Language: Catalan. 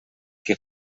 que